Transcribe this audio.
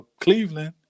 Cleveland